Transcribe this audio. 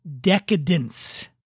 Decadence